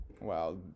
Wow